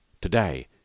Today